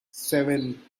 seven